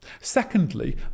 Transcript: Secondly